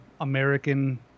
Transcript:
American